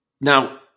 Now